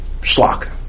schlock